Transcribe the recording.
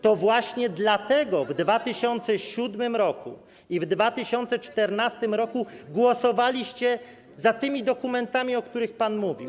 To właśnie dlatego w 2007 r. i w 2014 r. głosowaliście za tymi dokumentami, o których pan mówił.